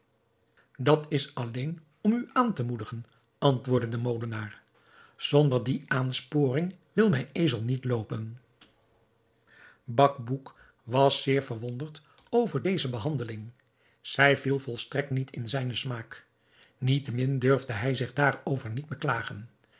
dat is alleen om u aan te moedigen antwoordde de molenaar zonder die aansporing wil mijn ezel niet loopen bacbouc was zeer verwonderd over deze behandeling zij viel volstrekt niet in zijn smaak niettemin durfde hij zich daarover niet beklagen